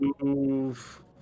move